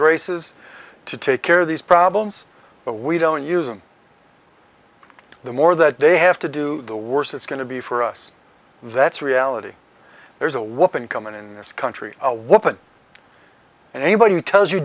graces to take care of these problems but we don't use them the more that they have to do the worse it's going to be for us that's reality there's a woman coming in this country a woman and anybody who tells you